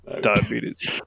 Diabetes